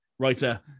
writer